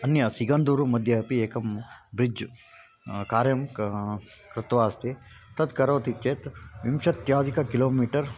अन्यत् सिगन्दूरुमध्ये अपि एकं ब्रिड्ज् कार्यं क कृत्वा अस्ति तत् करोति चेत् विंशत्यधिकं किलोमीटर्